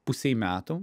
pusei metų